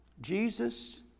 Jesus